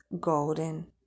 golden